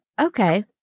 okay